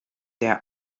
der